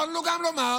יכולנו גם לומר: